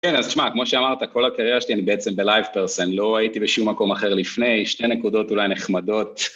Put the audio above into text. כן, אז תשמע, כמו שאמרת, כל הקריירה שלי, אני בעצם ב-live person, לא הייתי בשום מקום אחר לפני, שתי נקודות אולי נחמדות.